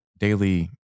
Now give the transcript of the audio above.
daily